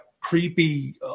creepy